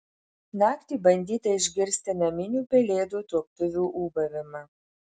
naktį bandyta išgirsti naminių pelėdų tuoktuvių ūbavimą